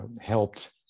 helped